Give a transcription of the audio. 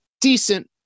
decent